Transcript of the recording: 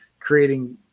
creating